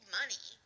money